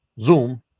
zoom